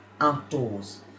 outdoors